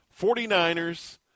49ers